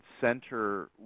center